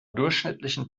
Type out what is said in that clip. durchschnittlichen